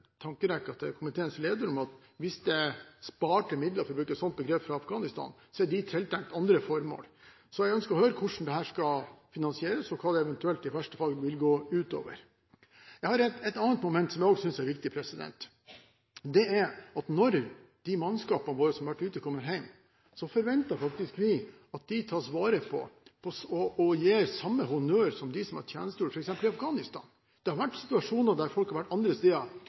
jeg vel tankerekken til komiteens leder, om at hvis det er sparte midler – for å bruke et slikt begrep – fra Afghanistan, er de tiltenkt andre formål. Jeg ønsker å høre hvordan dette skal finansieres, og hva det eventuelt i verste fall vil gå ut over. Jeg har et annet moment, som jeg også synes er viktig: Når mannskapene våre som har vært ute, kommer hjem, forventer vi faktisk at de tas vare på og gis samme honnør som de som har tjenestegjort f.eks. i Afghanistan. Det har vært situasjoner, der folk har vært andre steder